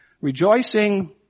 Rejoicing